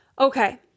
Okay